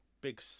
big